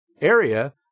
area